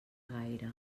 gaire